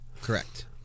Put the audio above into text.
Correct